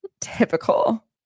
typical